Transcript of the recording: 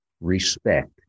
respect